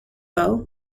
well